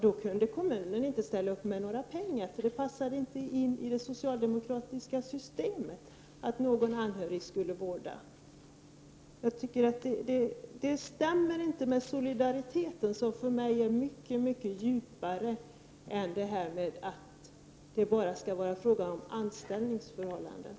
Då kunde kommunen inte ställa upp med några pengar, för det passade inte in i det socialdemokratiska systemet att någon anhörig skulle vårda. Detta stämmer inte med solidariteten, som för mig är fråga om något mycket djupare än bara anställningsförhållanden.